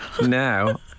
Now